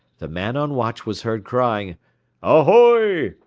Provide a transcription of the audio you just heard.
the man on watch was heard crying ahoy,